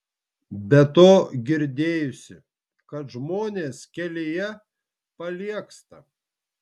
be to girdėjusi kad žmonės kelyje paliegsta